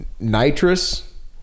nitrous